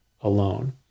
alone